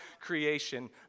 creation